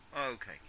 Okay